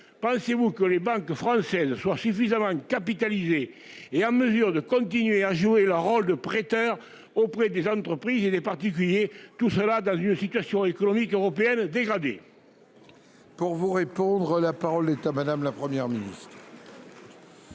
pensez-vous que les banques françaises soient suffisamment capitalisées et à mesure de continuer à jouer leur rôle de prêteur auprès des entreprises et des particuliers. Tout cela dans une situation économique européenne dégradé. Pour vous répondre. La parole est à madame la Première ministre.